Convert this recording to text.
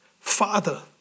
Father